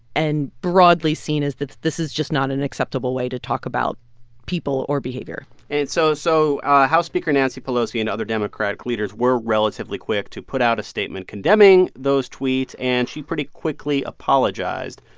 and broadly seen as, this is just not an acceptable way to talk about people or behavior and so so house speaker nancy pelosi and other democratic leaders were relatively quick to put out a statement condemning those tweets. and she pretty quickly apologized.